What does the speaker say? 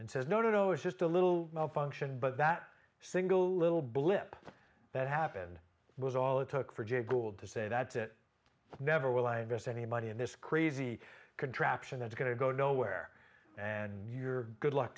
and says no no no it's just a little malfunction but that single little blip that happened was all it took for jay gould to say that's it never will i invest any money in this crazy contraption that's going to go nowhere and you're good luck